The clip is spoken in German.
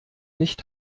nicht